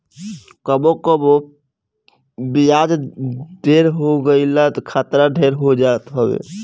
कबो कबो बियाज ढेर हो गईला खतरा ढेर हो जात हवे